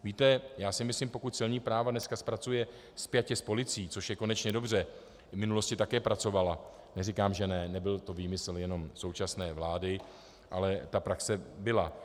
Víte, já si myslím, pokud celní správa dnes pracuje spjatě s policií, což je konečně dobře v minulosti také pracovala, neříkám, že ne, nebyl to výmysl jenom současné vlády, ale ta praxe byla.